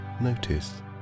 notice